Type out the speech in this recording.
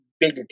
Big